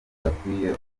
gakwiye